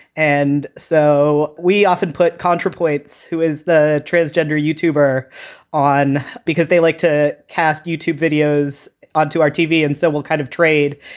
and so we often put contre points, who is the transgender youtube or on because they like to cast youtube videos onto our tv. and so we'll kind of trade.